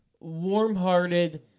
warm-hearted